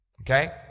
Okay